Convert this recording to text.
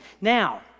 Now